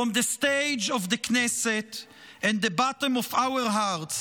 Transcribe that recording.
From the stage of the Knesset and the bottom of my heart,